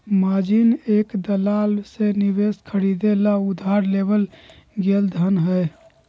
margin एक दलाल से निवेश खरीदे ला उधार लेवल गैल धन हई